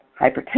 hypertension